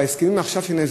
בהסכמים שעכשיו נעשו,